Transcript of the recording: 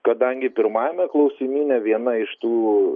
kadangi pirmajame klausimyne viena iš tų